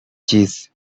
cheese